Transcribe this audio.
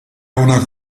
una